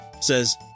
says